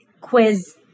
quiz